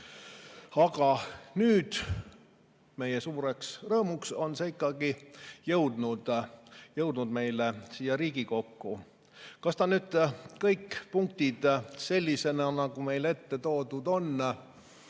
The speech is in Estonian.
aga nüüd meie suureks rõõmuks on see ikkagi jõudnud meile siia Riigikokku. Kas kõik punktid sellisena, nagu meie ette toodud on,